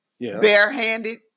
barehanded